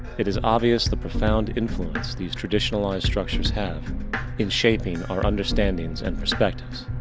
it is obvious, the profound influence these traditionalized structures have in shaping our understandings and perspectives.